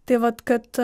tai vat kad